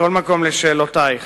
מכל מקום, לשאלותייך: